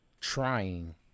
Trying